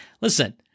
listen